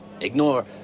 Ignore